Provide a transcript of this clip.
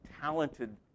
talented